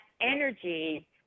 energy